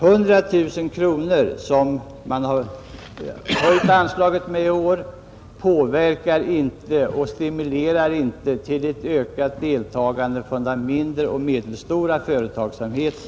Höjningen av anslaget med 100 000 kronor i år stimulerar inte till ett ökat deltagande från den mindre och medelstora företagsamheten.